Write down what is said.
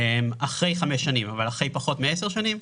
אחרי חמש שנים אבל אחרי פחות מעשר שנים,